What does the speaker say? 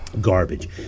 Garbage